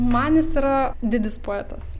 man jis yra didis poetas